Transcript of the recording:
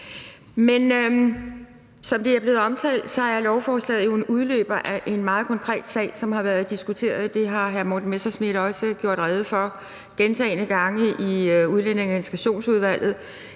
har. Som det er blevet omtalt, er lovforslaget jo en udløber af en meget konkret sag, som har været diskuteret, og den har hr. Morten Messerschmidt også gentagne gange gjort rede for i Udlændinge- og Integrationsudvalget.